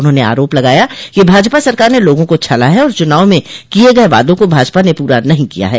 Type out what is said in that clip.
उन्होंने आरोप लगाया कि भाजपा सरकार ने लोगों को छला है और चुनाव में किये गए वादों को भाजपा ने पूरा नहीं किया है